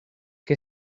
que